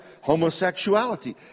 homosexuality